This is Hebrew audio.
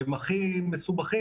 שהם הכי מסובכים,